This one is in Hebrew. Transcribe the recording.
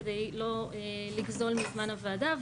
כדי לא לגזול מזמן הוועדה,